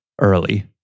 early